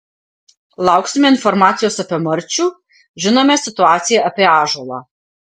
lauksime informacijos apie marčių žinome situaciją apie ąžuolą